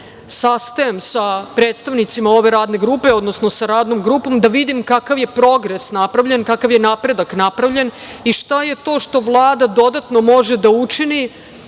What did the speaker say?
sastajem sa predstavnicima ove Radne grupe, odnosno sa Radnom grupom da vidim kakav je progres napravljen, kakav je napredak napravljen i šta je to što Vlada dodatno može da učini